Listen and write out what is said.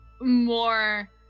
more